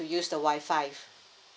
use the wi-fi